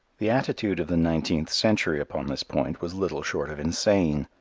the attitude of the nineteenth century upon this point was little short of insane.